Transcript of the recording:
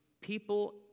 people